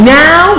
now